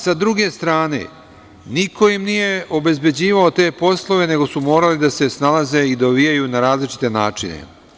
S druge strane, niko im nije obezbeđivao te poslove nego su morali da se snalaze i dovijaju na različite načine.